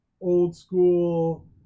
old-school